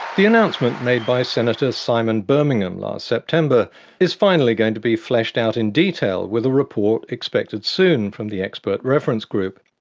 the announcement made by senator simon birmingham last september is finally going to be fleshed out in detail with a report expected soon from the expert reference group.